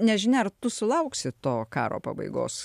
nežinia ar tu sulauksi to karo pabaigos